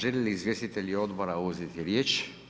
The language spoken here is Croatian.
Žele li izvjestitelji odbora uzeti riječ?